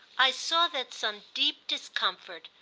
i saw that some deep discomfort,